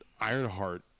Ironheart